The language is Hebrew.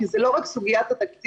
כי זה לא רק סוגיית התקציב,